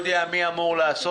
עליהם.